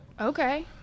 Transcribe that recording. Okay